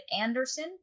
Anderson